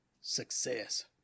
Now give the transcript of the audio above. Success